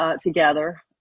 Together